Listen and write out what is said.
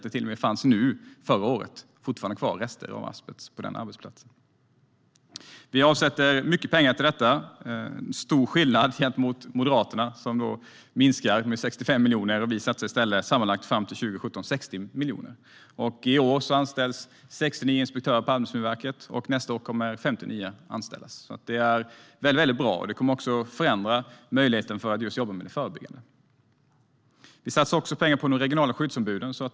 Det fanns under förra året fortfarande kvar rester av asbest på den arbetsplatsen. Vi avsätter mycket pengar till detta. Det är stor skillnad mot Moderaterna som minskar med 65 miljoner. Vi satsar i stället fram till 2017 sammanlagt 60 miljoner. I år anställs 60 nya inspektörer på Arbetsmiljöverket. Nästa år kommer 50 nya att anställas. Det är väldigt bra. Det kommer också att förändra möjligheten att jobba förebyggande. Vi satsar också pengar på de regionala skyddsombuden.